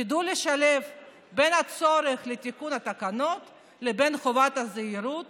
תדעו לשלב בין הצורך בתיקון התקנות לבין חובת הזהירות